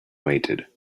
waited